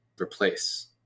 replace